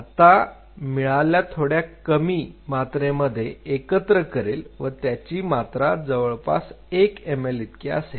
आता मिळाला थोड्या कमी मात्रेमध्ये एकत्र करेल व त्याची मात्रा जवळपास 1 ml इतकी असेल